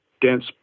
dense